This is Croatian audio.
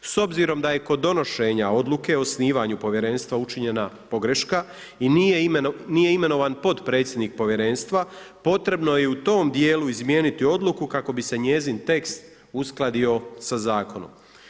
S obzirom da je kod donošenja odluke o osnivanju povjerenstva učinjena pogreška i nije imenovan potpredsjednik povjerenstva, potrebno je i u tom djelu izmijeniti odluku kako bi se njezin tekst uskladio sa zakonom.